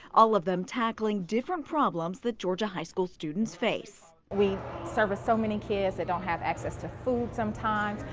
all of them tackling different problems that georgia high school students face. we service so many kids who don't have access to food sometimes,